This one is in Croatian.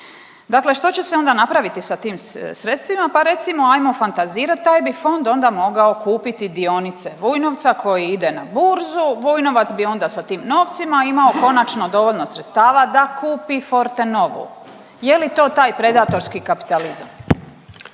Dakle, što će se onda napraviti sa tim sredstvima? Pa recimo ajmo fantazirat, taj bi fond onda mogao kupiti dionice Vujnovca koji ide na burzu, Vujnovac bi onda sa tim novcima imao konačno dovoljno sredstava da kupi Fortenovu. Je li to taj predatorski kapitalizam?